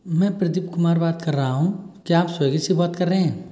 मैं प्रदीप कुमार बात कर रहा हूँ क्या आप स्वेगी से बात कर रहे हैं